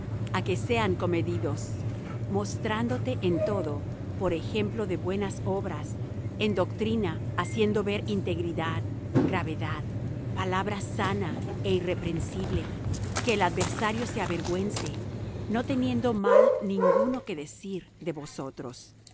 á que sean comedidos mostrándote en todo por ejemplo de buenas obras en doctrina haciendo ver integridad gravedad palabra sana é irreprensible que el adversario se avergüence no teniendo mal ninguno que decir de vosotros